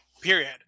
period